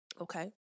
Okay